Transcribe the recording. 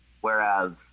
whereas